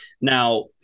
Now